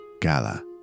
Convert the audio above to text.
gala